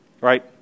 right